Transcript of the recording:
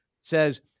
says